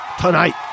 Tonight